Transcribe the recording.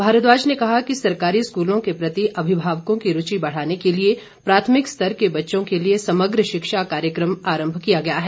भारद्वाज ने कहा कि सरकारी स्कूलों के प्रति अभिभावकों की रुचि बढ़ाने के लिए प्राथमिक स्तर के बच्चों के लिए समग्र शिक्षा कार्यक्रम आरंभ किया गया है